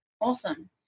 Awesome